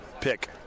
pick